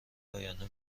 آینده